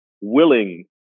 willing